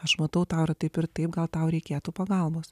aš matau tau taip ir taip gal tau reikėtų pagalbos